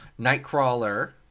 nightcrawler